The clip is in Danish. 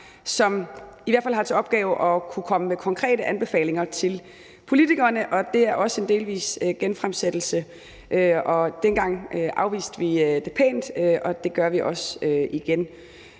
som i hvert fald har til opgave at kunne komme med konkrete opgaver til politikerne. Det er også en delvis genfremsættelse, og sidste gang afviste vi det pænt, og det gør vi også igen.